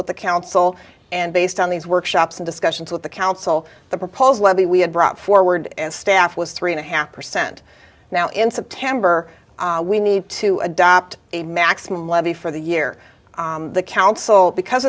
with the council and based on these workshops and discussions with the council the proposed levy we had brought forward and staff was three and a half percent now in september we need to adopt a maximum levy for the year the council because